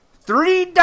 Three